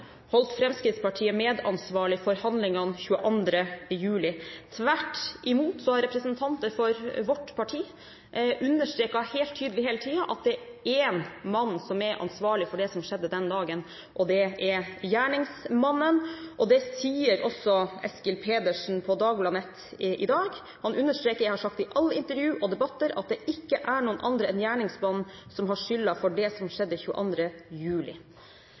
holdt Fremskrittspartiet medansvarlig for handlingene 22. juli – tvert imot har representanter for vårt parti understreket helt tydelig hele tiden at det er én mann som er ansvarlig for det som skjedde den dagen, og det er gjerningsmannen. Det sier også Eskil Pedersen på dagbladnett i dag. Han understreker: «Jeg har sagt i alle intervju og debatter at det ikke er noen andre enn gjerningsmannen som har skylda for det som skjedde 22. juli.»